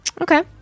Okay